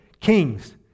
kings